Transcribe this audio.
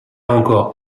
encore